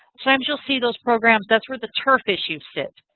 sometimes you'll see those programs, that's where the turf issues sit.